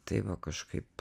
tai va kažkaip